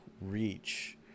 reach